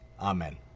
Amen